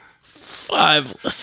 Five